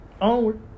Onward